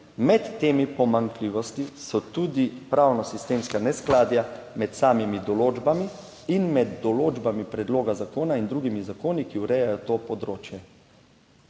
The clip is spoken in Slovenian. Med temi pomanjkljivostmi so tudi pravno sistemska neskladja med samimi določbami in med določbami predloga zakona in drugimi zakoni, ki urejajo to področje."